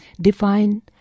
Define